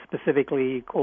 specifically